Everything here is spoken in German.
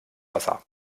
wasser